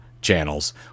channels